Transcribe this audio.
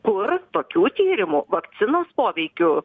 kur tokių tyrimų vakcinos poveikių